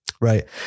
right